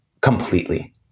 completely